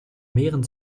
mehren